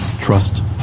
trust